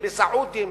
בסעודים,